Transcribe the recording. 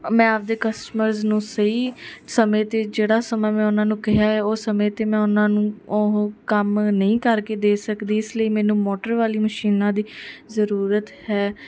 ਮੈਂ ਆਪਦੇ ਕਸਟਮਰਜ਼ ਨੂੰ ਸਹੀ ਸਮੇਂ 'ਤੇ ਜਿਹੜਾ ਸਮਾਂ ਮੈਂ ਉਨ੍ਹਾਂ ਨੂੰ ਕਿਹਾ ਹੈ ਉਹ ਸਮੇਂ 'ਤੇ ਮੈਂ ਉਨ੍ਹਾਂ ਨੂੰ ਉਹ ਕੰਮ ਨਹੀਂ ਕਰਕੇ ਦੇ ਸਕਦੀ ਇਸ ਲਈ ਮੈਨੂੰ ਮੋਟਰ ਵਾਲੀਆਂ ਮਸ਼ੀਨਾਂ ਦੀ ਜ਼ਰੂਰਤ ਹੈ